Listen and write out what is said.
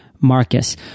Marcus